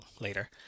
later